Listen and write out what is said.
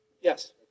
Yes